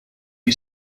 you